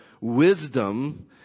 wisdom